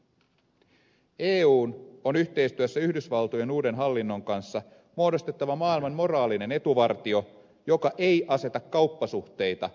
eun on yhteistyössä yhdysvaltojen uuden hallinnon kanssa muodostettava maailman moraalinen etuvartio joka ei aseta kauppasuhteita ihmisoikeuksien edelle